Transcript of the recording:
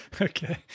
Okay